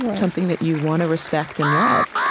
and something that you want to respect and love.